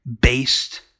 Based